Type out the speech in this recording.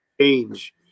change